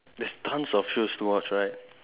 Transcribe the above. there's tons of shows to watch right